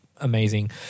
amazing